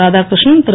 Radhakrishnan Thiru